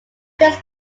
this